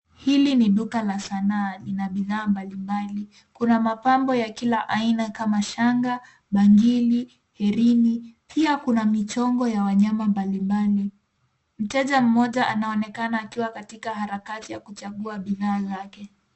Hili ni duka la sanaa ina bidhaa mbalimbali. Kuna mapambo ya kila aina kama shanga, bangili, hirini. Pia kuna michongo ya wanyama mbalimbali. Mteja mmoja anaonekana akiwa katika harakati ya kuchagua bidhaa zake.